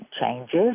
changes